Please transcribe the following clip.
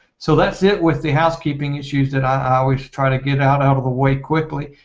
so that's it with the housekeeping issues that i was trying to get out out of the way quickly.